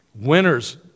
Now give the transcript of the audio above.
Winner's